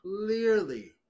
clearly